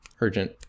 urgent